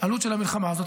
העלות של המלחמה הזאת,